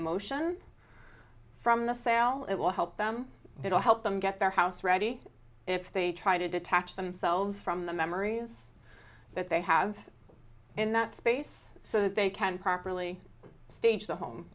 emotion from the sale it will help them it will help them get their house ready if they try to detach themselves from the memories that they have in that space so that they can properly stage the home